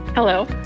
Hello